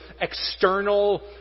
external